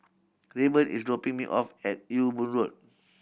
Rayburn is dropping me off at Ewe Boon Road